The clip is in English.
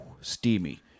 steamy